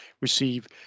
receive